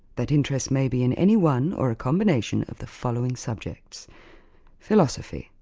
that interest may be in any one or a combination of the following subjects philosophy,